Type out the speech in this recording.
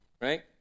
right